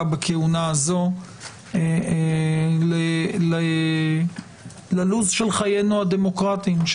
בכהונה הזאת ללו"ז של חיינו הדמוקרטיים,